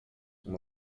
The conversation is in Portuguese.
uma